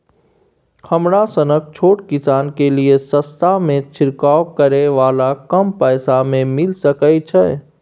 हमरा सनक छोट किसान के लिए सस्ता में छिरकाव करै वाला कम पैसा में मिल सकै छै?